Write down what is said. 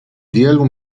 wielu